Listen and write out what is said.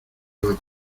eva